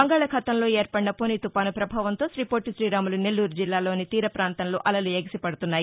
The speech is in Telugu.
బంగాళాఖాతంలో ఏర్పడిన ఫొని తుపాను పభావంతో శ్రీ పొట్టి శ్రీరాములు నెల్లూరు జిల్లాలోని తీర ప్రాంతంలో అలలు ఎగిసిపడుతున్నాయి